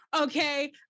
Okay